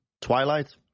twilight